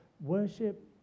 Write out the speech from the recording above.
worship